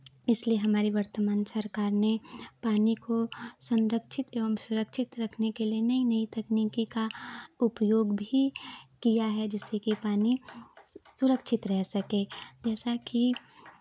इसलिए हमारी वर्तमान सरकार ने पानी को संरक्षित एवं सुरक्षित रखने के लिए नई नई तकनीकी का उपयोग भी किया है जिससे की पानी सुरक्षित रह सके जैसा कि